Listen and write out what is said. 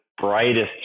brightest